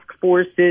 forces